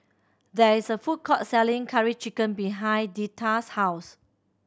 there is a food court selling Curry Chicken behind Deetta's house